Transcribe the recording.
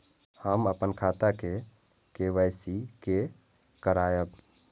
हम अपन खाता के के.वाई.सी के करायब?